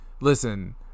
listen